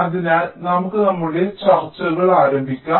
അതിനാൽ നമുക്ക് നമ്മുടെ ചർച്ചകൾ ആരംഭിക്കാം